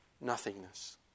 nothingness